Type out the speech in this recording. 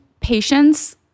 patience